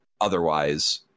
otherwise